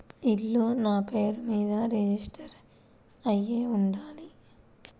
ఇల్లు నాపేరు మీదే రిజిస్టర్ అయ్యి ఉండాల?